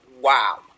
Wow